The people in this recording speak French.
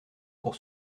pour